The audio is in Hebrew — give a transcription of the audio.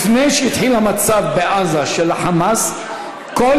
לפני שהתחיל המצב של "חמאס" בעזה,